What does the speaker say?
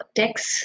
text